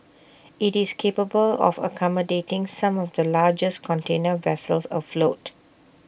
IT is capable of accommodating some of the largest container vessels afloat